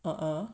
ah